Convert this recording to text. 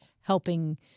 helping